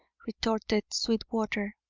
retorted sweetwater.